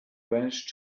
vanished